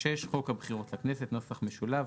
חוק הבחירות לכנסת (נוסח משולב),